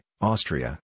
Austria